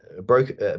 broke